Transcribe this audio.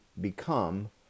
become